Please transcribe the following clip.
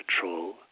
control